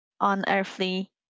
unearthly